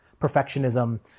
perfectionism